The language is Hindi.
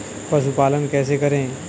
पशुपालन कैसे करें?